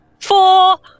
four